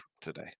today